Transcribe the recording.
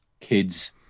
kids